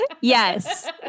Yes